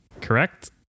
correct